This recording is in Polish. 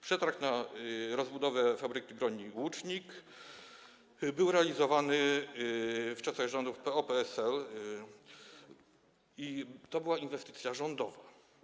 Przetarg na rozbudowę fabryki broni „Łucznik” był realizowany w czasach rządów PO-PSL i to była inwestycja rządowa.